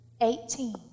Eighteen